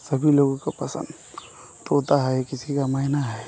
सभी लोगों को पसन्द तोता है किसी का मैना है